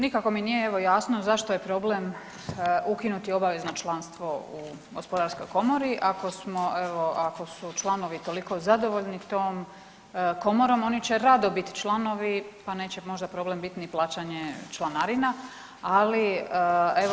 Nikako mi nije evo, jasno, zašto je problem ukinuti obavezno članstvo u Gospodarskoj komori, ako smo evo, ako su članovi toliko zadovoljni tom komorom, oni će rado bit članovi pa neće možda problem bit ni plaćanje članarina, ali evo…